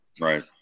right